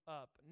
up